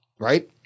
Right